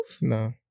No